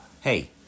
Hey